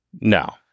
No